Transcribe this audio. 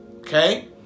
okay